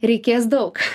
reikės daug